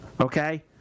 okay